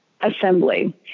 assembly